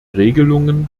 regelungen